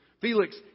Felix